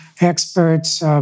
experts